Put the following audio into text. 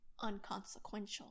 unconsequential